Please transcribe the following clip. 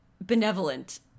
benevolent